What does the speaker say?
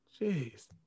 Jeez